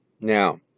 now